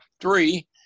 three